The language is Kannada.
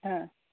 ಹಾಂ